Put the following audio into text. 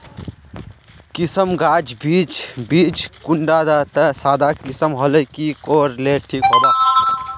किसम गाज बीज बीज कुंडा त सादा किसम होले की कोर ले ठीक होबा?